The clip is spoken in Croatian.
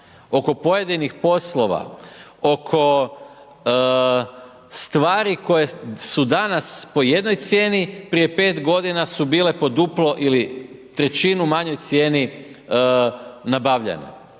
oko pojedinih poslova, oko stvari koje su danas po jednoj cijeni, prije 5 g. su bile duplo ili trećinu manjoj cijeni nabavljene.